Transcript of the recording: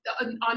on